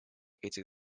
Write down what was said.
этих